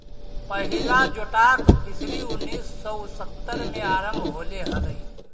पहिला जोटाक फिशरी उन्नीस सौ सत्तर में आरंभ होले हलइ